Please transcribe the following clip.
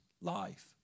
life